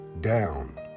down